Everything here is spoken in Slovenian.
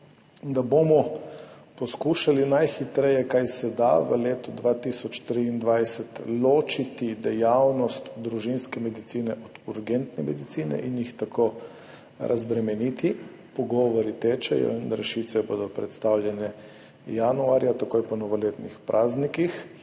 da bomo poskušali najhitreje, kar se da, v letu 2023 ločiti dejavnost družinske medicine od urgentne medicine in jih tako razbremeniti. Pogovori tečejo in rešitve bodo predstavljene januarja, takoj po novoletnih praznikih.